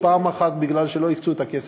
גם בגלל שלא הקצו את הכסף,